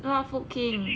什么 food king